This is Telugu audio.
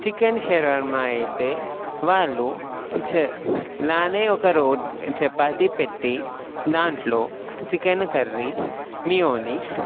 చికెన్ షెరవర్మ అయితే వాళ్లు ఇలానే ఒక రోత్ చపాతి పెట్టి దాంట్లో చికెన్ కర్రీ మియోనిస్